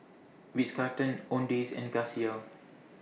Ritz Carlton Owndays and Casio